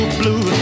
blue